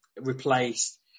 replaced